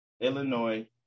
Illinois